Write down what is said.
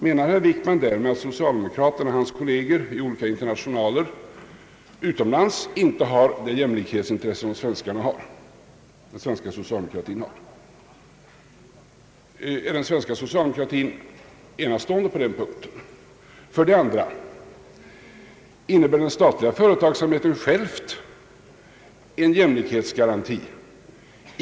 Menar herr Wickman därmed att hans kolleger i olika socialdemokratiska internationaler utomlands inte har samma jämlikhetsintresse som den svenska socialdemokratin har? Är den svenska socialdemokratin enastående på den punkten? Vidare, innebär den statliga företagsamheten i sig själv en jämlikhetsgaranti?